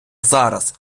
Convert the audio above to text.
зараз